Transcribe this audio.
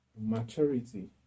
maturity